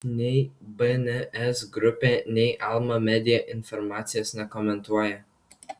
nei bns grupė nei alma media informacijos nekomentuoja